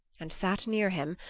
and sat near him,